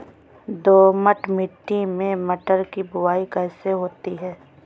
दोमट मिट्टी में मटर की बुवाई कैसे होती है?